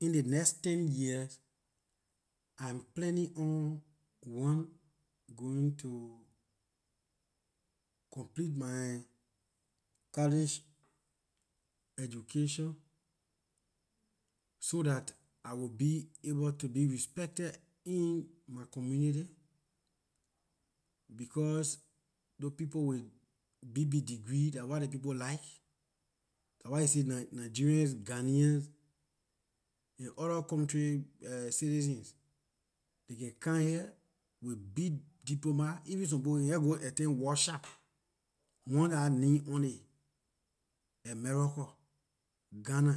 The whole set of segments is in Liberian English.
In ley next ten years I'm planning on one going to complete my college education so that I will be able to be respected in my community because those people with big big degree dah what ley people like dah why you see nigerians ghanaians and orda countries citizens they can come here with big diploma even some people can geh go attend workshop once dah name on it america ghana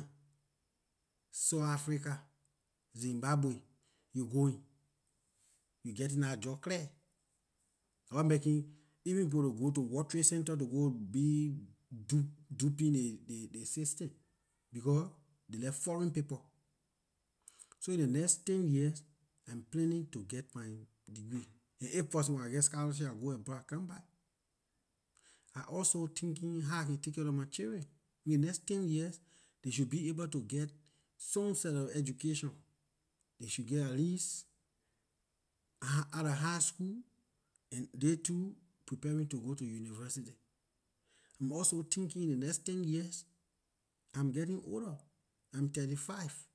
south africa zimbabwe you going you getting dah job clear dah what make it even people to go to world trade center to go be duping ley system becor they like foreign people so ley next ten years I planning to geh my degree and if possible when I geh scholarship I go abroad and come back I also thinking how I can take care lor my children in ley next ten years they should be able to get some set of education they should geh at least out of high school and they too preparing to go to university I'm thinking in ley next ten years I'm getting older I'm thirty- five